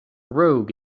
rogue